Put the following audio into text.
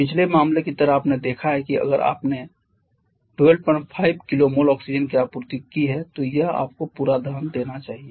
पिछले मामले की तरह आपने देखा है कि अगर आपने 125 kmol ऑक्सीजन की आपूर्ति की है तो यह आपको पूरा दहन देना चाहिए